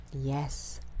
Yes